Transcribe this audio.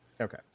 Okay